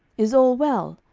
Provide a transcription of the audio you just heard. is all well?